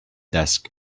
desk